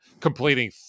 completing